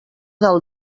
del